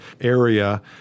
area